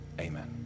amen